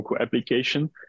application